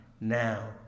now